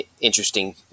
interesting